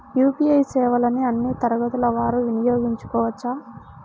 UPI సేవలని అన్నీ తరగతుల వారు వినయోగించుకోవచ్చా?